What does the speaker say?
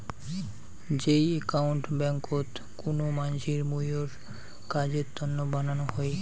যেই একাউন্ট ব্যাংকোত কুনো মানসির মুইর কাজের তন্ন বানানো হই